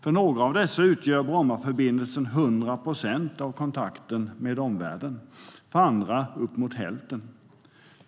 På några av dessa platser utgör Brommaförbindelsen 100 procent av kontakten med omvärlden, för andra uppemot hälften.